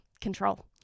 control